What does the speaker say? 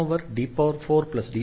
1D4D21cos 2x